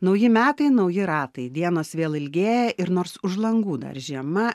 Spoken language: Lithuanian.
nauji metai nauji ratai dienos vėl ilgėja ir nors už langų dar žiema